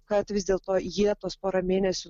kad vis dėlto jie tuos porą mėnesių